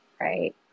right